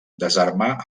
desarmar